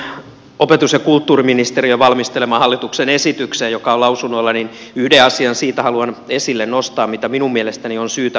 tuosta opetus ja kulttuuriministeriön valmistelemasta hallituksen esityksestä joka on lausunnolla haluan nostaa esille yhden asian mitä minun mielestäni on syytä pohtia